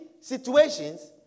situations